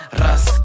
ras